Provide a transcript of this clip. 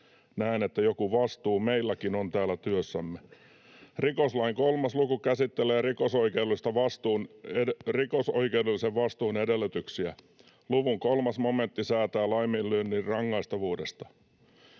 niin, että joku vastuu meilläkin on täällä työssämme: ”Rikoslain 3 luku käsittelee rikosoikeudellisen vastuun edellytyksiä. Luvun 3 momentti säätää laiminlyönnin rangaistavuudesta: